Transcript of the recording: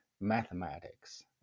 mathematics